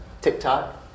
TikTok